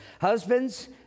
Husbands